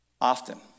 Often